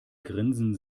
grinsen